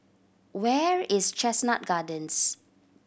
where is Chestnut Gardens